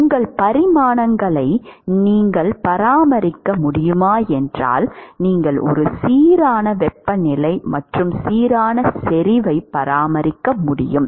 உங்கள் பரிமாணங்களை நீங்கள் பராமரிக்க முடியுமா என்றால் நீங்கள் ஒரு சீரான வெப்பநிலை மற்றும் சீரான செறிவை பராமரிக்க முடியும்